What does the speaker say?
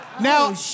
Now